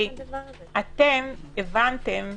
אתם הבנת את